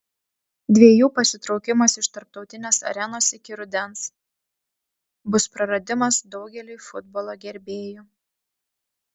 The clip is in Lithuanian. dviejų pasitraukimas iš tarptautinės arenos iki rudens bus praradimas daugeliui futbolo gerbėjų